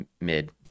Mid